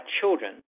children